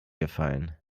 gefallen